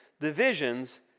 divisions